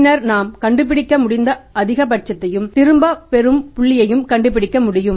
பின்னர் நாம் கண்டுபிடிக்க முடிந்த அதிகபட்சத்தையும் திரும்பப் பெறும் புள்ளியையும் கண்டுபிடிக்க முடியும்